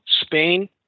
Spain